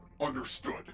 Understood